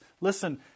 listen